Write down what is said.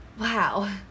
wow